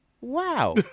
Wow